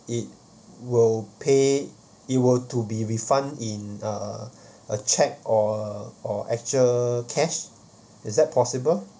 it will pay it will to be refund in uh a check or or actual cash is that possible